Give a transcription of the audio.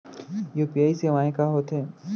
UPI सेवाएं का होथे